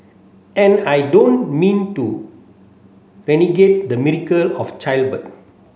and I don't mean to denigrate the miracle of childbirth